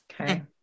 okay